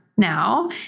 now